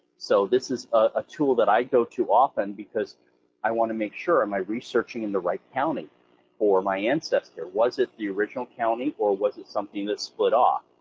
so this is a tool that i go to often, because i want to make sure, am i researching in the right county for my ancestor, was it the original county, or was it something that split off?